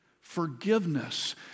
forgiveness